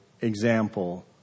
example